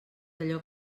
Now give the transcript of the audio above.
allò